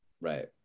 Right